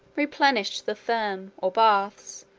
replenished the thermoe, or baths,